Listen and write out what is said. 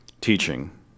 teaching